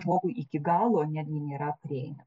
žmogui iki galo netgi nėra prieinama